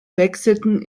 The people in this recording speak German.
wechselten